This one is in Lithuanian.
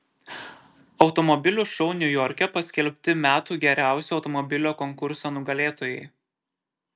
automobilių šou niujorke paskelbti metų geriausio automobilio konkurso nugalėtojai